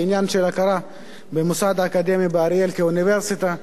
בעניין של ההכרה במוסד האקדמיה באריאל כאוניברסיטה.